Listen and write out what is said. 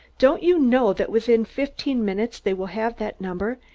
don't you know that within fifteen minutes they will have that number,